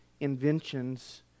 inventions